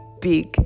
big